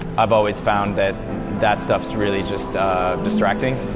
i've always found that that stuff is really just distracting